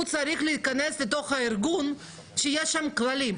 הוא צריך להיכנס לתוך ארגון שיש שם כללים.